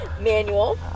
manual